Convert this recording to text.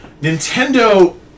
Nintendo